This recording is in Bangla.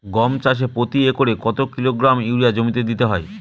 গম চাষে প্রতি একরে কত কিলোগ্রাম ইউরিয়া জমিতে দিতে হয়?